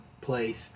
place